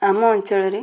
ଆମ ଅଞ୍ଚଳରେ